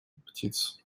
птиц